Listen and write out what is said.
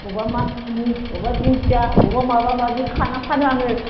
अबेबा मानिमुनि अबेबा दिंखिया अबेबा माबा माबि खाना फानो आङो